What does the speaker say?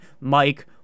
Mike